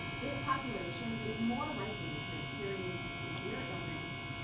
this population is more likely to experience severe illness,